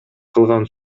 кылган